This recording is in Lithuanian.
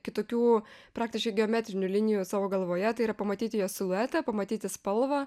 kitokių praktiškai geometrinių linijų savo galvoje tai yra pamatyti jo siluetą pamatyti spalvą